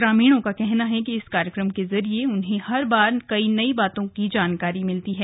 ग्रामीणों का कहना है कि इस कार्यक्रम के जरिए उन्हें हर बार नई बातों की जानकारी होती है